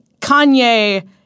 Kanye